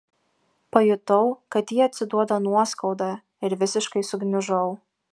pajutau kad ji atsiduoda nuoskauda ir visiškai sugniužau